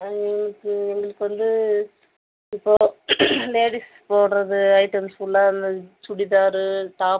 எனக்கு எங்களுக்கு வந்து இப்போது லேடீஸ் போடுகிறது ஐட்டம்ஸுலாம் சுடிதாரு டாப்